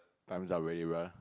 time's up already brother